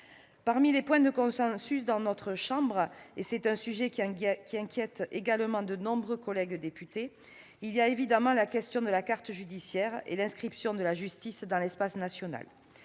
Parmi les points de consensus dans notre chambre- le sujet inquiète également de nombreux collègues députés -, il y a évidemment la question de la carte judiciaire et l'inscription de la justice dans l'espace national.